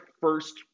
first